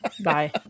Bye